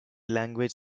language